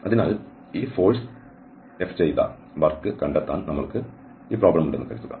അതിനാൽ ഈ ഫോഴ്സ് ചെയ്ത വർക്ക് കണ്ടെത്താൻ നമ്മൾക്ക് ഈ പ്രോബ്ലം ഉണ്ടെന്ന് കരുതുക